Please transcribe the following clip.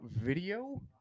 video